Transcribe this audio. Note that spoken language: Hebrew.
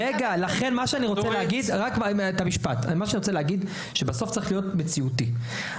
לכן, בסוף, צריך להיות מציאותיים.